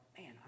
man